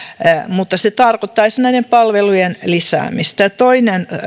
mutta se tarkoittaisi näiden palvelujen lisäämistä toinen